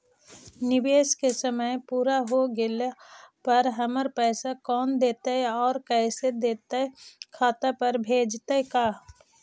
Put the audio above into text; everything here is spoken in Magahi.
निवेश के समय पुरा हो गेला पर हमर पैसबा कोन देतै और कैसे देतै खाता पर भेजतै का?